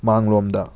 ꯃꯥꯡꯂꯣꯝꯗ